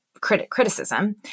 criticism